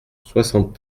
soixante